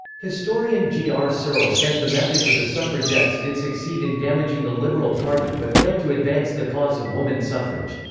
historian g. r. searle says the methods of the suffragettes did succeed in damaging the liberal party but failed to advance the cause of woman suffrage.